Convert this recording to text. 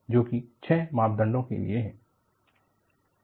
जो कि छः मापदंडों के लिए है